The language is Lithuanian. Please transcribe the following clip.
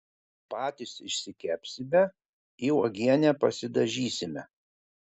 patys išsikepsime į uogienę pasidažysime